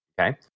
Okay